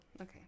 okay